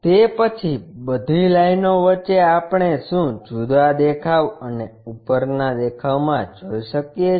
તે પછી બધી લાઇનો વચ્ચે આપણે શું જુદા દેખાવ અને ઉપરના દેખાવમાં જોઈ શકીએ છીએ